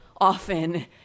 often